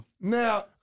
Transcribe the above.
now